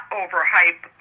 overhype